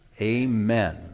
Amen